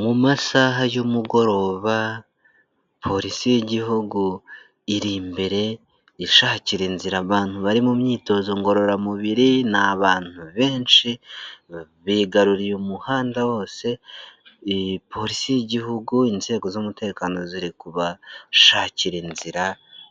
Mu masaha y'umugoroba, polisi y'igihugu iri imbere, ishakira inzira abantu bari mu myitozo ngororamubiri, n'abantu benshi, bigaruriye umuhanda wose, polisi y'igihugu, inzego z'umutekano ziri kubashakira inzira